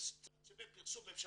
פרסום ממשלתיים,